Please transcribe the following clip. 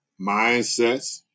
mindsets